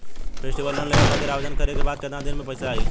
Festival loan लेवे खातिर आवेदन करे क बाद केतना दिन म पइसा आई?